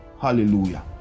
Hallelujah